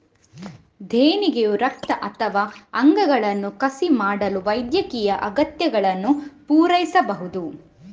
ದೇಣಿಗೆಯು ರಕ್ತ ಅಥವಾ ಅಂಗಗಳನ್ನು ಕಸಿ ಮಾಡಲು ವೈದ್ಯಕೀಯ ಅಗತ್ಯಗಳನ್ನು ಪೂರೈಸಬಹುದು